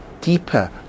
deeper